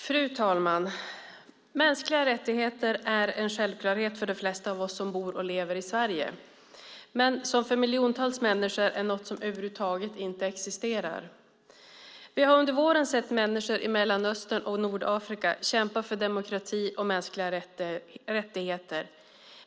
Fru talman! Mänskliga rättigheter är en självklarhet för de flesta av oss som bor och lever i Sverige, men för miljontals människor är det något som över huvud taget inte existerar. Vi har under våren sett människor i Mellanöstern och Nordafrika kämpa för demokrati och mänskliga rättigheter.